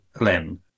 Len